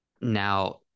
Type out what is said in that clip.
now